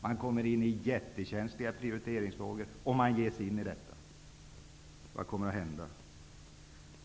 Man kommer att hamna i mycket känsliga prioriteringsfrågor om man ger sig in i detta. Vad kommer att hända?